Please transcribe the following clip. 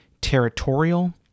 territorial